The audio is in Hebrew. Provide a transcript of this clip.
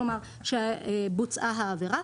כלומר שבוצעה העבירה,